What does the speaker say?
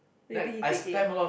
wait you think you taking